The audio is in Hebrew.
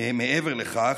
מעבר לכך.